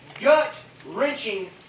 gut-wrenching